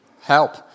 Help